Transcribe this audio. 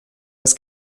das